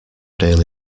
daily